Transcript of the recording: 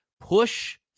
push